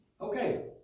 okay